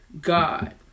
God